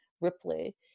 Ripley